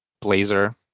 blazer